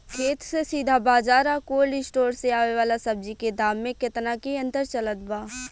खेत से सीधा बाज़ार आ कोल्ड स्टोर से आवे वाला सब्जी के दाम में केतना के अंतर चलत बा?